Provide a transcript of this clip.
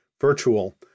virtual